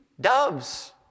doves